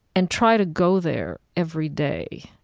and try to go there every day.